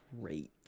great